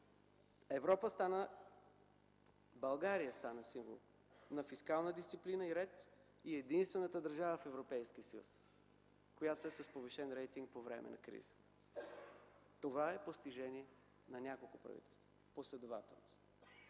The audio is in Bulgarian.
правителства България стана символ на фискална дисциплина и ред и е единствената държава в Европейския съюз, която е с повишен рейтинг по време на криза. Това е постижение на няколко последователни